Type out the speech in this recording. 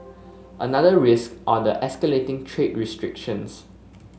another risk are the escalating trade restrictions